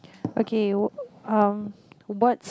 okay w~ um what's